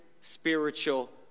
spiritual